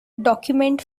document